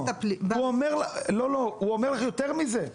הוא אומר לך יותר מזה,